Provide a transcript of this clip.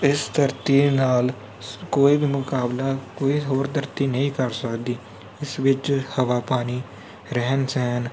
ਇਸ ਧਰਤੀ ਨਾਲ ਕੋਈ ਵੀ ਮੁਕਾਬਲਾ ਕੋਈ ਹੋਰ ਧਰਤੀ ਨਹੀਂ ਕਰ ਸਕਦੀ ਇਸ ਵਿੱਚ ਹਵਾ ਪਾਣੀ ਰਹਿਣ ਸਹਿਣ